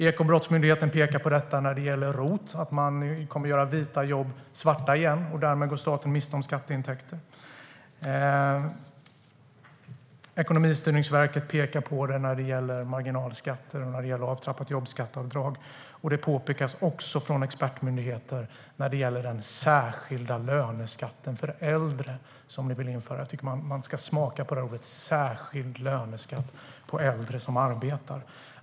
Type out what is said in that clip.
Ekobrottsmyndigheten pekar på detta när det gäller ROT; man kommer att göra vita jobb svarta igen, och därmed går staten miste om skatteintäkter. Ekonomistyrningsverket pekar på det när det gäller marginalskatter och avtrappat jobbskatteavdrag. Detta är också något som påpekas från expertmyndigheter när det gäller den särskilda löneskatten för äldre, som ni vill införa. Jag tycker att man ska smaka på orden: särskild löneskatt för äldre som arbetar.